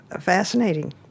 fascinating